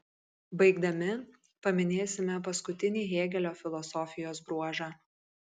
baigdami paminėsime paskutinį hėgelio filosofijos bruožą